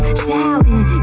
shouting